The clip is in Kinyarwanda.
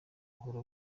buhoro